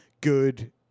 good